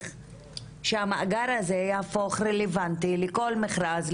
שהמאגר הזה יהפוך רלוונטי לכל מכרז,